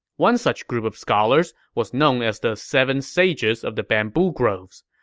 one such group of scholars was known as the seven sages of the bamboo groves.